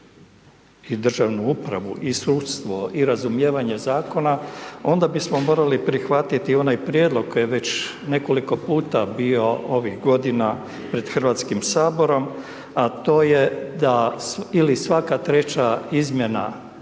i državnu upravu i sudstvo i razumijevanje zakona onda bismo morali prihvatiti onaj prijedlog koji je već nekoliko puta bio ovih godina pred Hrvatskim saborom, a to je da ili svaka 3 izmjena